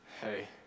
hey